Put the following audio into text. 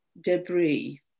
debris